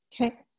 Okay